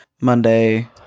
Monday